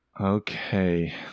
Okay